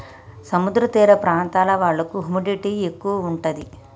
సముద్ర తీర ప్రాంతాల వాళ్లకు హ్యూమిడిటీ ఎక్కువ ఉంటది